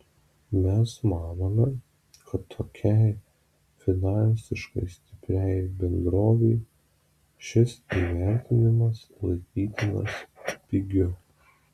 mes manome kad tokiai finansiškai stipriai bendrovei šis įvertinimas laikytinas pigiu